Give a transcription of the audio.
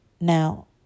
Now